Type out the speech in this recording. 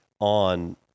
on